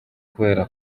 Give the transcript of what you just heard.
kubera